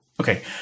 Okay